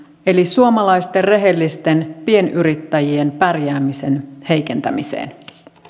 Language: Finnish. eli suomalaisten rehellisten pienyrittäjien pärjäämisen heikentämiseen